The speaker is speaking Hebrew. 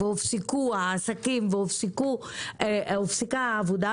הופסקו העסקים והופסקה העבודה,